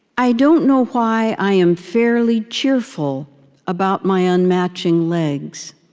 i don't know why i am fairly cheerful about my unmatching legs.